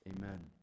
amen